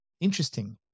interesting